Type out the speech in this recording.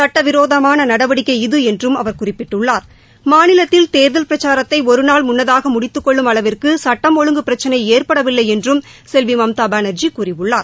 சட்டவிரோதமான நடவடிக்கை இது என்றும் அவர் குறிப்பிட்டுள்ளார் மாநிலத்தில் தேர்தல் பிரச்சாரத்தை ஒரு நாள் முன்னதாக முடித்துக் கொள்ளும் அளவிற்கு சட்டம் ஒழுங்கு பிரச்சினை ஏற்படவில்லை என்றும் செல்வி மம்தா பானா்ஜி கூறியுள்ளார்